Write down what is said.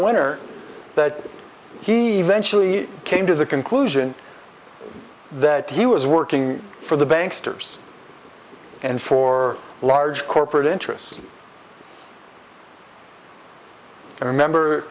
winner that he ventured came to the conclusion that he was working for the banks toure's and for large corporate interests and remember